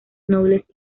nobles